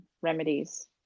remedies